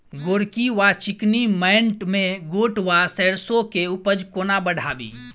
गोरकी वा चिकनी मैंट मे गोट वा सैरसो केँ उपज कोना बढ़ाबी?